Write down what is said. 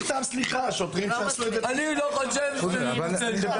אני לא חושב שזה בסדר.